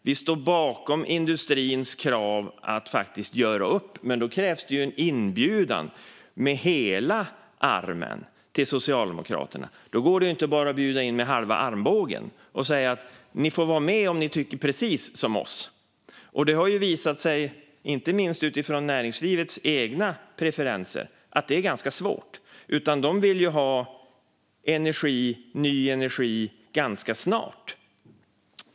Vi står bakom industrins krav på att faktiskt göra upp. Men då krävs det att Socialdemokraterna får en inbjudan med hela armen. Det går inte att bara bjuda in med halva armbågen och säga att ni får vara med om ni tycker precis som vi. Det har visat sig inte minst utifrån näringslivets egna preferenser att det är ganska svårt. De vill ju ha ny energi ganska snart.